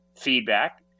feedback